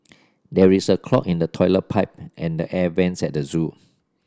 there is a clog in the toilet pipe and the air vents at the zoo